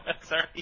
Sorry